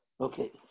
Okay